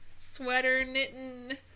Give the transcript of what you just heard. sweater-knitting